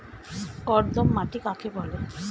কর্দম মাটি কাকে বলে?